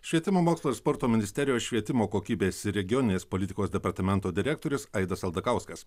švietimo mokslo ir sporto ministerijos švietimo kokybės ir regioninės politikos departamento direktorius aidas aldakauskas